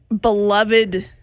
beloved